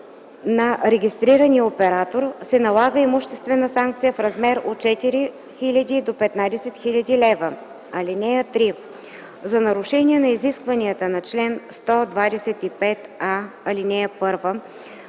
на регистрирания оператор се налага имуществена санкция в размер от 4000 до 15 000 лв. (3) За нарушение на изискванията на чл. 125а, ал. 1,